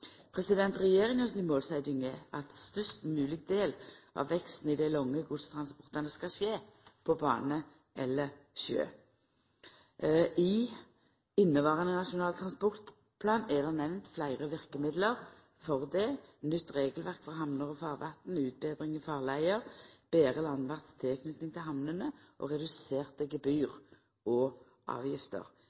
Regjeringa si målsetjing er at ein størst mogleg del av veksten i dei lange godstransportane skal skje på bane eller sjø. I inneverande Nasjonal transportplan er det nemnt fleire verkemiddel, som nytt regelverk for hamner og farvatn, utbetringar i farleier, betre landverts tilknyting til hamnene og reduserte gebyr og avgifter.